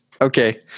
okay